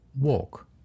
Walk